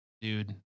dude